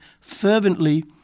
fervently